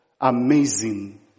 amazing